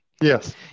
Yes